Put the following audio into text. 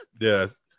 Yes